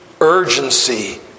urgency